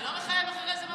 זה לא מחייב אחרי זה במליאה?